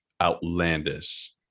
outlandish